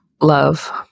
Love